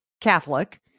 Catholic